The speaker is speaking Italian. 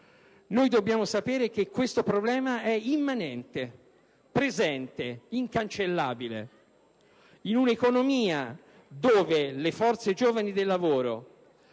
Dobbiamo sapere che questo problema è immanente, presente e incancellabile. In un'economia dove le forze giovani del lavoro